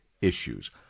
issues